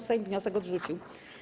Sejm wniosek odrzucił.